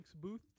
booth